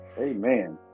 amen